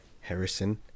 Harrison